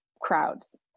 crowds